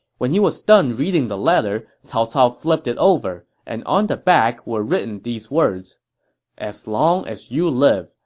when he was done reading the letter, cao cao flipped it over, and on the back were written these words as long as you live,